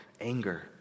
anger